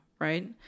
right